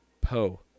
Poe